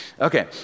Okay